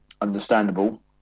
understandable